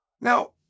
Now